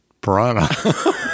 piranha